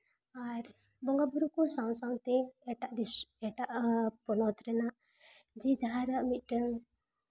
ᱟᱨ ᱵᱚᱸᱜᱟᱼᱵᱳᱨᱳ ᱠᱚ ᱥᱟᱶ ᱥᱟᱶᱛᱮ ᱮᱴᱟᱜ ᱫᱤᱥ ᱮᱴᱟᱜ ᱯᱚᱱᱚᱛ ᱨᱮᱱᱟᱜ ᱡᱮ ᱡᱟᱦᱟᱨ ᱟᱜ ᱢᱤᱫᱴᱟᱹᱝ